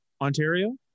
Ontario